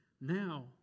Now